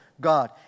God